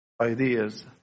ideas